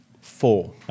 four